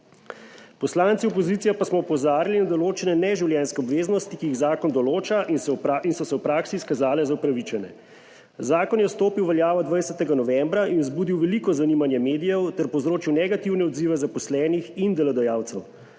Poslanci opozicije pa smo opozarjali na določene neživljenjske obveznosti, ki jih zakon določa in so se v praksi izkazale za upravičene. Zakon je stopil v veljavo 20. novembra in vzbudil veliko zanimanje medijev ter povzročil negativne odzive zaposlenih in delodajalcev.